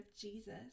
Jesus